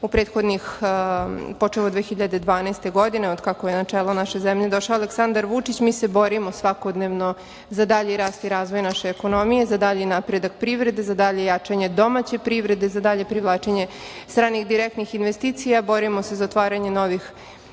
ostvarili počev od 2012. godine od kako je na čelo naše zemlje došao Aleksandar Vučić, mi se borimo svakodnevno za dalji rast i razvoj naše ekonomije, za dalji napredak privrede, za dalje jačanje domaće privrede, za dalje privlačenje stranih direktnih investicija. Borimo se za otvaranje novih